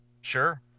Sure